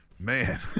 Man